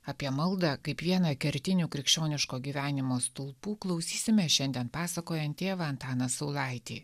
apie maldą kaip vieną kertinių krikščioniško gyvenimo stulpų klausysime šiandien pasakojant tėvą antaną saulaitį